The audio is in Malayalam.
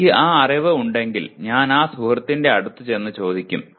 എനിക്ക് ആ അറിവ് ഉണ്ടെങ്കിൽ ഞാൻ ആ സുഹൃത്തിന്റെ അടുത്ത് ചെന്ന് ചോദിക്കും